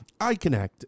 iConnect